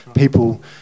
people